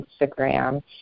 Instagram